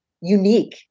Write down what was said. unique